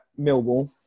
Millwall